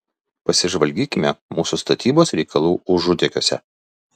pasižvalgykime mūsų statybos reikalų užutėkiuose